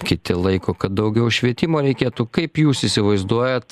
kiti laiko kad daugiau švietimo reikėtų kaip jūs įsivaizduojat